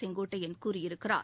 செங்கோட்டையன் கூறியிருக்கிறார்